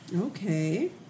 Okay